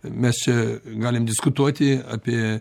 mes čia galim diskutuoti apie